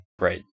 Right